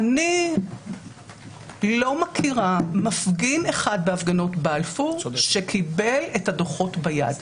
אני לא מכירה מפגין אחד בהפגנות בלפור שקיבל את הדוחות ביד,